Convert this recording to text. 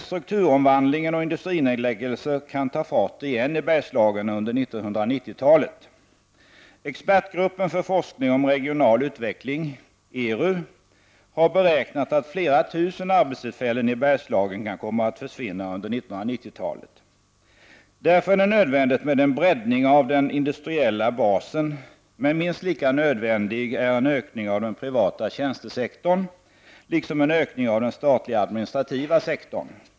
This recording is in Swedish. Strukturomvandling och industrinedläggelser kan emellertid ta fart igen i Bergslagen under 1990-talet. Expertgruppen för forskning om regional utveckling. ERU, har beräknat att flera tusen arbetstillfällen i Bergslagen kan komma att försvinna under 1990-talet. Därför är det nödvändigt med en breddning av den industriella basen, men minst lika nödvändig är en ökning av den privata tjänstesektorn, liksom en ökning av den statliga administrativa sektorn.